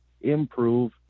improve